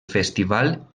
festival